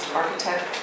architect